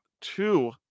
two